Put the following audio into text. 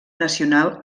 nacional